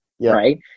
right